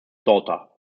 daughter